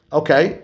okay